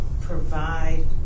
provide